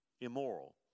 immoral